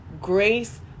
grace